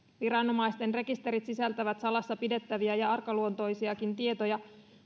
viranomaisten rekisterit sisältävät salassa pidettäviä ja arkaluontoisiakin tietoja